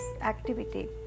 activity